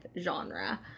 genre